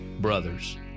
BROTHERS